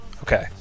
Okay